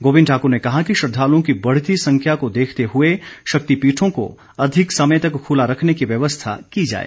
गोविंद ठाकुर ने कहा कि श्रद्वालुओं की बढ़ती संख्या को देखते हुए शक्तिपीठों को अधिक समय तक खुला रखने की व्यवस्था की जाए